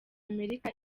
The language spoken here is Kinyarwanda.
amerika